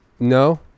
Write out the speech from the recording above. No